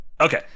Okay